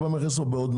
נושאים?